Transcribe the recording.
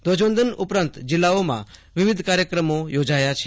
ધ્વજવંદન ઉપરાંત જિલ્લાઓમાં વિવિધ કાર્યક્રમો યોજાયા છે